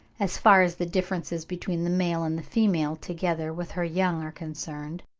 as far as the differences between the male and the female together with her young are concerned,